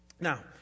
Now